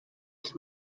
els